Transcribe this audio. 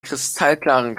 kristallklaren